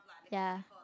ya